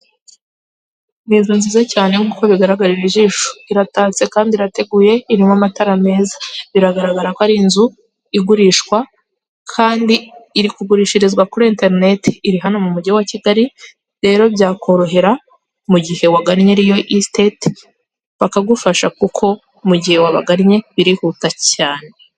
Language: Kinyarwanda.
Ni inzu nziza cyane nk'uko bigaragarira ijisho. Iratatse kandi irateguye irimo amatara meza. Biragaragara ko ari inzu igurishwa, kandi iri kugurishirizwa kuri enterinete, iri hano mu mugi wa Kigali, rero byakorohera mu gihe wagannye riyo isiteti, bakagufasha kuko mu gihe wabagannye birihuta cyane.